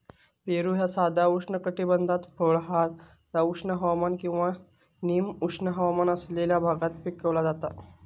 पेरू ह्या साधा उष्णकटिबद्धाचा फळ हा जा उष्ण हवामान किंवा निम उष्ण हवामान असलेल्या भागात पिकवला जाता